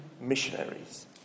missionaries